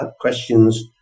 questions